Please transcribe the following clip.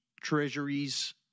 treasuries